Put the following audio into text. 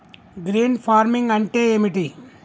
Green farming అంటే ఏమిటి?